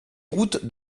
route